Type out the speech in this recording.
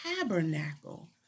tabernacle